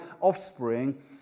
offspring